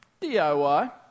DIY